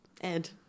Ed